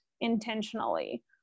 intentionally